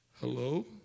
hello